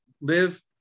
live